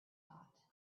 thought